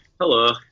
Hello